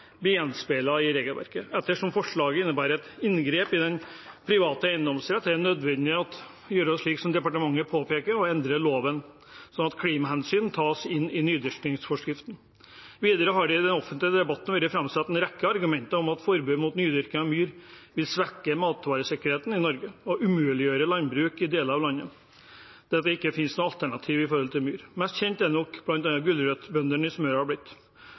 i regelverket. Ettersom forslaget innebærer et inngrep i den private eiendomsrett, er det nødvendig å gjøre som departementet påpeker, å endre loven slik at klimahensyn tas inn i nydyrkingsforskriften. Videre har det i den offentlige debatten vært framsatt en rekke argumenter om at forbudet mot nydyrking av myr vil svekke matvaresikkerheten i Norge og umuliggjøre landbruk i deler av landet, fordi det ikke finnes noe alternativ til myr. Mest kjent er nok bl.a. gulrotbøndene i Smøla blitt.